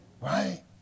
right